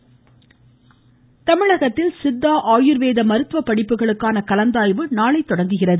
கலந்தாய்வு தமிழகத்தில் சித்தா ஆயுர்வேத மருத்துவப் படிப்புகளுக்கான கலந்தாய்வு நாளை தொடங்குகிறது